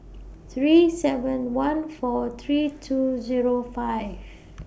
three seven one four three two Zero five